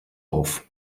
auf